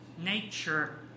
nature